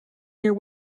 near